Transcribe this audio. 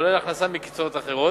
כולל הכנסה מקצבאות אחרות,